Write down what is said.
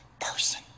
person